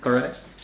correct